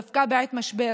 דווקא בעת משבר,